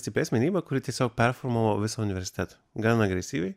stipri asmenybė kuri tiesiog performavo visą universitetą gan agresyviai